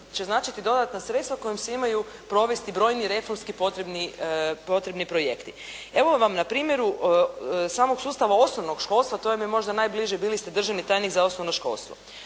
će značiti dodatna sredstva kojim se imaju provesti brojni reformski potrebni projekti. Evo vam na primjeru samog sustava osnovnog školstva, to vam je možda najbliže bili ste državni tajnik za osnovno školstvo.